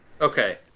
Okay